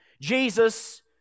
Jesus